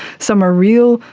some are real,